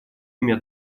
имя